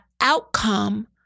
outcome